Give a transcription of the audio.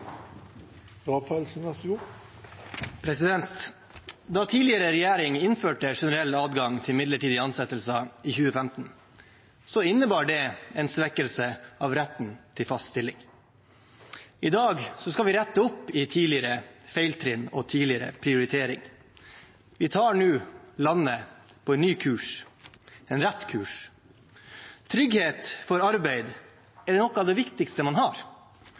vi er så stolte av, og som vi skal fortsette å kjempe for i årene som kommer. Da den tidligere regjeringen innførte generell adgang til midlertidige ansettelser i 2015, innebar det en svekkelse av retten til fast stilling. I dag skal vi rette opp i tidligere feiltrinn og tidligere prioritering. Vi fører nå landet inn på en ny kurs – en rett kurs. Trygghet for arbeid er noe av det